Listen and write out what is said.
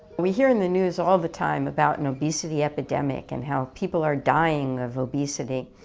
we hear in the news all the time about an obesity epidemic and how people are dying of obesity,